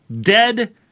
dead